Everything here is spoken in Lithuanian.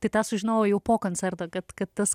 tai tą sužinojau jau po koncerto kad kad tas